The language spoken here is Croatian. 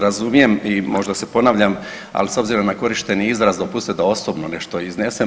Razumijem i možda se ponavljam, ali s obzirom na korišteni izraz, dopustite da osobno nešto iznesem.